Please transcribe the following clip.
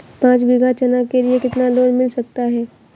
पाँच बीघा चना के लिए कितना लोन मिल सकता है?